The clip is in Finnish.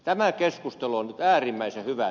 tämä keskustelu on nyt äärimmäisen hyvää